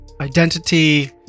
identity